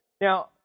Now